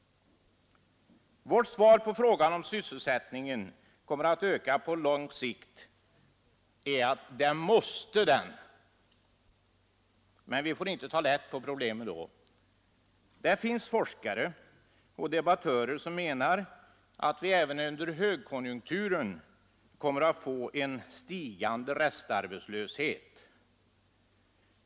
Vårt svar på frågan, om sysselsättningen kommer att öka på längre sikt är: Det måste den! Men då får vi inte ta lätt på problemen. Det finns forskare och debattörer som menar att vi även under högkonjunkturer kommer att få dras med en stigande restarbetslöshet.